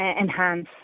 enhance